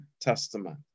Testament